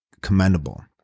commendable